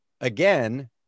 again